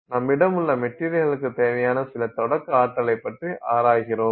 நம்மிடம் உள்ள மெட்டீரியல்களுக்கு தேவையான சில தொடக்க ஆற்றலை பற்றி ஆராய்கிறோம்